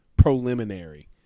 preliminary